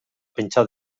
pentsa